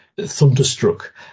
thunderstruck